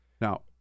Now